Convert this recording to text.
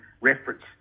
reference